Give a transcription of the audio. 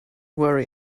worry